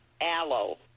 aloe